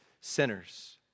sinners